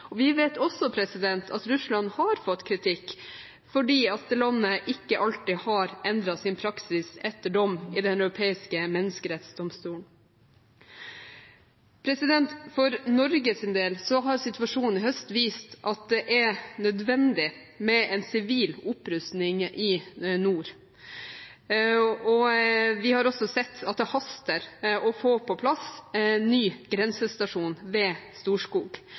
mot. Vi vet også at Russland har fått kritikk fordi landet ikke alltid har endret sin praksis etter dom i Den europeiske menneskerettsdomstolen. For Norges del har situasjonen i høst vist at det er nødvendig med en sivil opprustning i nord, og vi har også sett at det haster å få på plass ny grensestasjon ved Storskog.